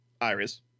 Iris